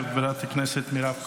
חברת הכנסת מירב כהן,